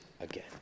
again